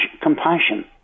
compassion